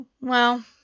Well